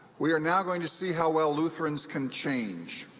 we are now going to see how well lutherans can change.